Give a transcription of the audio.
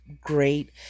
great